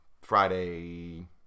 Friday